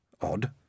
Odd